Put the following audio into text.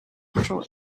control